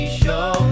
show